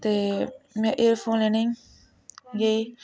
ते में एयरफोन लैने गेई